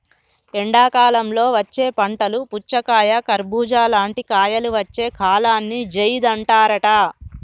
ఎండాకాలంలో వచ్చే పంటలు పుచ్చకాయ కర్బుజా లాంటి కాయలు వచ్చే కాలాన్ని జైద్ అంటారట